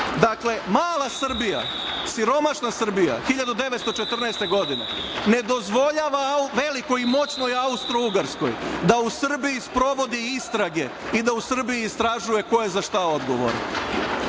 dakle mala Srbija, siromašna Srbija 1914. godine ne dozvoljava velikoj i moćnoj Austrougarskoj da u Srbiji sprovodi istrage i da u Srbiji istražuje ko je i za šta odgovoran. Sa